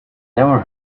never